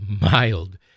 mild